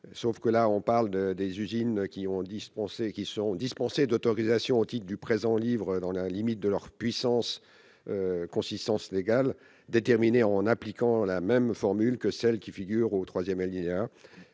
sauf que là on parle de des usines qui ont dispensé qui seront dispensés d'autorisation au titre du présent livre dans la limite de leur puissance consistance légal déterminé en appliquant la même formule que celle qui figure au 3ème alinéa,